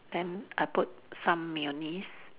then I put some mayonnaise